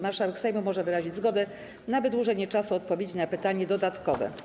Marszałek Sejmu może wyrazić zgodę na wydłużenie czasu odpowiedzi na pytanie dodatkowe.